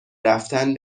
رفتن